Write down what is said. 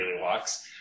walks